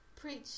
preach